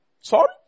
Sorry